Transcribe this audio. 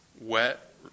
wet